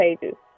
pages